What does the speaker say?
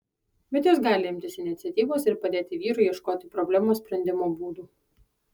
bet jos gali imtis iniciatyvos ir padėti vyrui ieškoti problemos sprendimo būdų